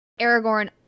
Aragorn